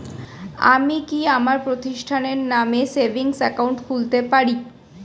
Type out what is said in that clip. আমি কি আমার প্রতিষ্ঠানের নামে সেভিংস একাউন্ট খুলতে পারি?